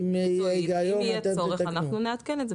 ואם יהיו בהן היגיון, אתם תתקנו?